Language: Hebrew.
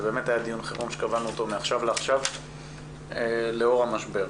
באמת היה דיון שקבענו מעכשיו לעכשיו לאור המשבר.